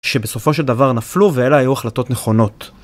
שבסופו של דבר נפלו ואלה היו החלטות נכונות.